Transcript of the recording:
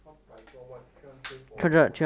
三百多万 can sell for